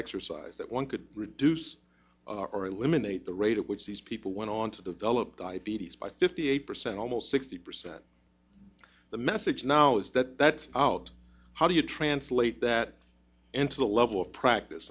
exercise that one could reduce or eliminate the rate at which these people went on to develop diabetes by fifty eight percent almost sixty percent the message now is that that's out how do you translate that into the level of practice